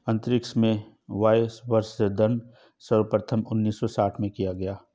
अंतरिक्ष में वायवसंवर्धन सर्वप्रथम उन्नीस सौ साठ में किया गया